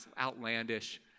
outlandish